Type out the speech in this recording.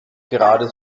gerade